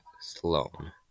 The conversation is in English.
Sloan